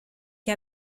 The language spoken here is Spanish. que